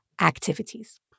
activities